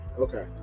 Okay